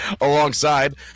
alongside